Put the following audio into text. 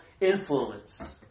influence